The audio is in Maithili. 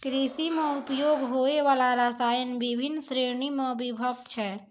कृषि म उपयोग होय वाला रसायन बिभिन्न श्रेणी म विभक्त छै